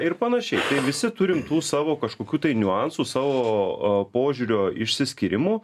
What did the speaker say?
ir panašiai tai visi turim tų savo kažkokių tai niuansų savo a požiūrio išsiskyrimų